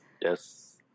Yes